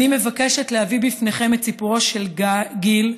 אני מבקשת להביא בפניכם את סיפורו של גיל.